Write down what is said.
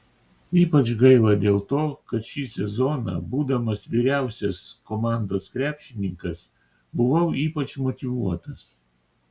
ypač gaila dėl to kad šį sezoną būdamas vyriausias komandos krepšininkas buvau ypač motyvuotas